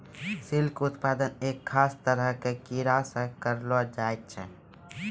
silk उत्पादन एक खास तरह के कीड़ा सॅ करलो जाय छै